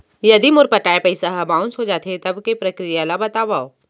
यदि मोर पटाय पइसा ह बाउंस हो जाथे, तब के प्रक्रिया ला बतावव